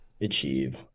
achieve